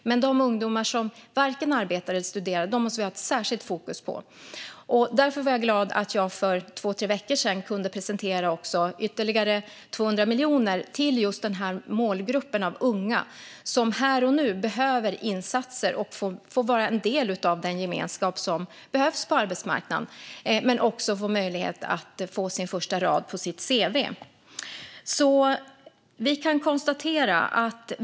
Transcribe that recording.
Men de ungdomar som varken arbetar eller studerar måste vi ha ett särskilt fokus på. Därför var jag glad att jag för två tre veckor sedan kunde presentera ytterligare 200 miljoner till just den här målgruppen. Dessa unga behöver insatser här och nu. De behöver få vara en del av gemenskapen på arbetsmarknaden men också få möjlighet att få sin första rad på sitt cv.